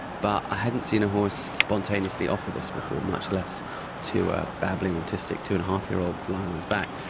but i hadn't seen a horse spontaneously offer this before, much less to a babbling autistic two-and-a-half-year-old lying on his back.